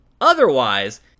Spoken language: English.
Otherwise